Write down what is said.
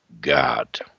God